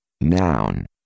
Noun